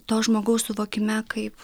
to žmogaus suvokime kaip